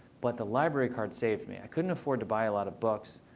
but the library card saved me. i couldn't afford to buy a lot of books.